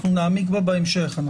אנחנו נעמיק בה בהמשך.